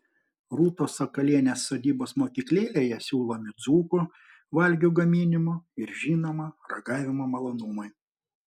rūtos sakalienės sodybos mokyklėlėje siūlomi dzūkų valgių gaminimo ir žinoma ragavimo malonumai